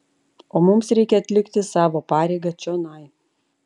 o mums reikia atlikti savo pareigą čionai